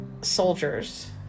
soldiers